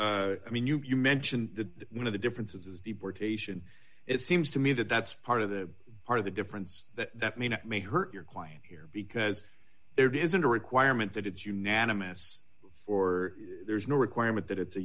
for i mean you you mentioned the one of the differences is bieber taishan it seems to me that that's part of the part of the difference that that mean it may hurt your client here because there isn't a requirement that it's unanimous or there's no requirement that it's a